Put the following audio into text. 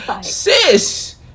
sis